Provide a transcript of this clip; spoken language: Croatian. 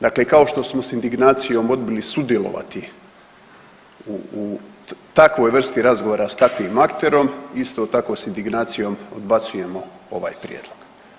Dakle i kao što smo s indignacijom odbili sudjelovati u takvoj vrsti razgovora s takvim akterom, isto tako s indignacijom odbacujemo ovaj prijedlog.